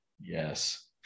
Yes